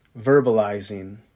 verbalizing